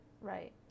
right